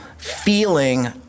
Feeling